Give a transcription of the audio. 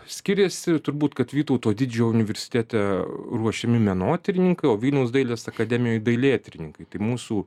skiriasi turbūt kad vytauto didžiojo universitete ruošiami menotyrininkai o vilniaus dailės akademijoje dailėtyrininkai tai mūsų